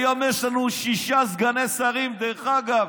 היום יש לנו שישה סגני שרים, דרך אגב.